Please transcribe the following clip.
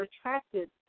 attracted